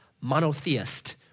monotheist